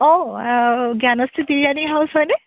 অ' Gyanashree biryani house হয়নে